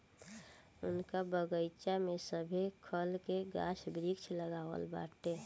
उनका बगइचा में सभे खल के गाछ वृक्ष लागल बाटे